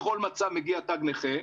בכל מצב מגיע תג נכה,